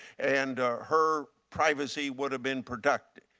and her privacy would have been protected.